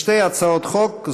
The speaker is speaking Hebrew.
יש שתי הצעות חוק,